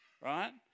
right